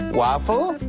waffle.